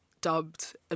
dubbed